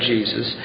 Jesus